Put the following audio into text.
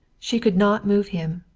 she could not move him.